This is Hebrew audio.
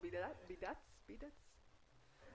בבקשה.